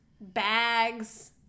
bags